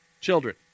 Children